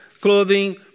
clothing